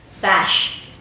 bash